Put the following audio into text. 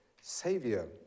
savior